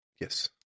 Yes